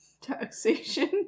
Taxation